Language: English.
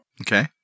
Okay